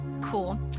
cool